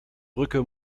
brücke